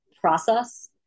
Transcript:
process